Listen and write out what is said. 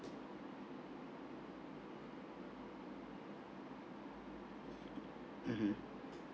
mmhmm